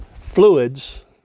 fluids